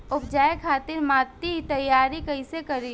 उपजाये खातिर माटी तैयारी कइसे करी?